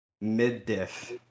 Mid-diff